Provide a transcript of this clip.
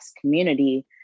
community